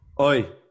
Oi